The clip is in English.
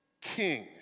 king